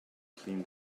clean